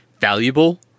valuable